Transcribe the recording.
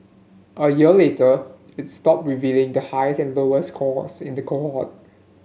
a year later its stopped revealing the highest and lowest scores in the cohort